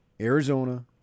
Arizona